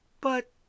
But